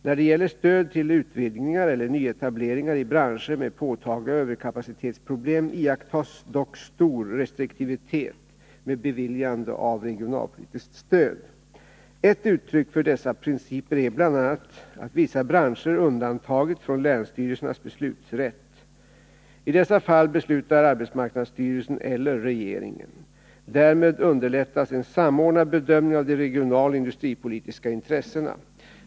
När det gäller stöd till utvidgningar eller nyetableringar i branscher med påtagliga överkapacitetsproblem iakttas dock stor restriktivitet med beviljande av regionalpolitiskt stöd. Ett uttryck för dessa principer är bl, a. att vissa branscher undantagits från länsstyrelsernas beslutanderätt. I dessa fall beslutar arbetsmarknadsstyrelas en samordnad bedömning av de sen eller regeringen. Därmed underlä regionaloch industripolitiska intressena.